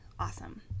awesome